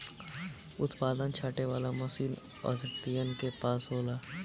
उत्पादन छाँटे वाला मशीन आढ़तियन के पास होला